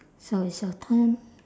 so it's your turn